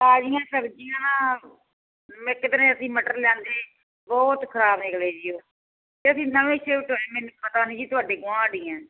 ਤਾਜ਼ੀਆਂ ਸਬਜ਼ੀਆਂ ਮੈਂ ਕਿਧਰੇ ਅਸੀਂ ਮਟਰ ਲੈਂਦੇ ਬਹੁਤ ਖ਼ਰਾਬ ਨਿਕਲੇ ਜੀ ਉਹ ਅਤੇ ਅਸੀਂ ਨਵੇਂ ਸ਼ਿਫਟ ਹੋਏ ਆ ਮੈਨੂੰ ਪਤਾ ਨਹੀਂ ਜੀ ਤੁਹਾਡੇ ਗਵਾਂਢ ਹੀ ਹਾਂ